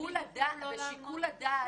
חייבים יוכלו לא לעמוד בתשלום.